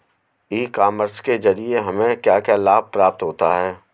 ई commerce के ज़रिए हमें क्या क्या लाभ प्राप्त होता है?